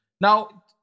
Now